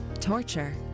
torture